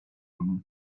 honom